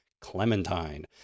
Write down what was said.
Clementine